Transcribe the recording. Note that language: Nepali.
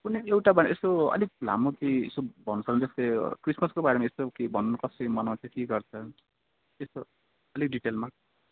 कुनै एउटाबारे यसो अलिक लामो केही यसो भन्नु सक्नु क्रिसमसको बारेमा यसो केही भन्नु कसरी मनाउँछ के गर्छ यसो अलिक डिटेलमा